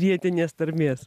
vietinės tarmės